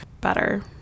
better